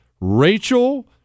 Rachel